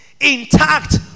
intact